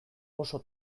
oso